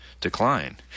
decline